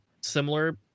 similar